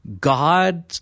God –